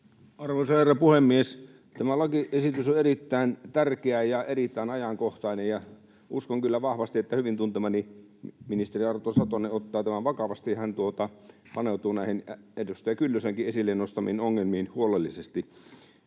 Arvoisa herra puhemies! Tämä lakiesitys on erittäin tärkeä ja erittäin ajankohtainen. Uskon kyllä vahvasti, että hyvin tuntemani ministeri Arto Satonen ottaa tämän vakavasti ja hän paneutuu näihin edustaja Kyllösenkin esille nostamiin ongelmiin huolellisesti.